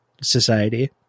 society